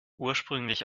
ursprünglich